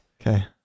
Okay